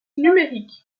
numérique